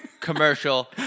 commercial